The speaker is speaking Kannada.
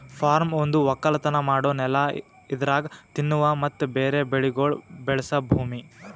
ಫಾರ್ಮ್ ಒಂದು ಒಕ್ಕಲತನ ಮಾಡೋ ನೆಲ ಇದರಾಗ್ ತಿನ್ನುವ ಮತ್ತ ಬೇರೆ ಬೆಳಿಗೊಳ್ ಬೆಳಸ ಭೂಮಿ